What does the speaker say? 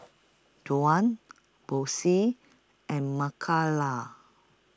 Duane Boyce and Mikayla